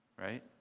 right